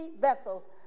vessels